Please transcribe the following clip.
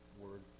word